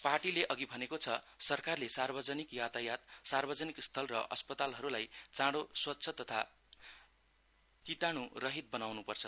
पार्टीले अघि भनेको छ सरकारले सार्वजनिक यातायात सार्वजनिक स्थल र अस्पतालहरूलाई चाँडो स्वच्छ तथा किटान् रहित बनाउन्पर्छ